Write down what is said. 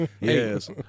Yes